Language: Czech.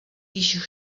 již